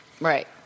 Right